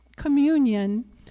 Communion